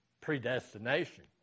predestination